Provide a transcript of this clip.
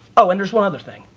oh, and there's one other thing.